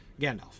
Gandalf